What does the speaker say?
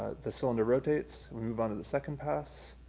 ah the cylinder rotates, we move on to the second pass.